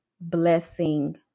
blessing